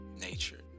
nature